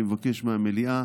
אני מבקש מהמליאה